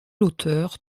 auteur